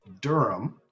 Durham